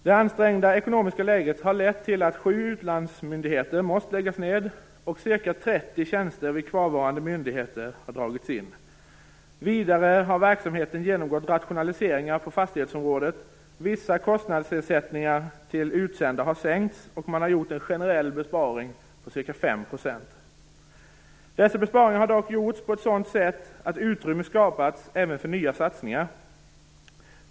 Det ansträngda ekonomiska läget har lett till att sju utlandsmyndigheter har måst läggas ned, och ca 30 utsända tjänster vid kvarvarande myndigheter har dragits in. Vidare har verksamheten genomgått rationaliseringar på fastighetsområdet. Vissa kostnadsersättningar till utsända har sänkts, och man har gjort en generell besparing på ca 5 %. Dessa besparingar har dock gjorts på ett sådant sätt att utrymme skapats även för nya satsningar.